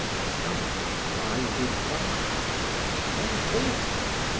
summer glided by then autumn,